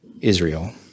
Israel